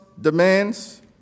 demands